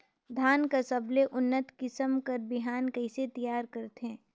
धान कर सबले उन्नत किसम कर बिहान कइसे तियार करथे?